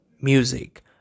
music